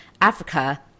Africa